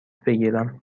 بگیرم